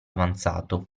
avanzato